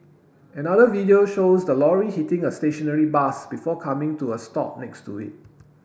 another video shows the lorry hitting a stationary bus before coming to a stop next to it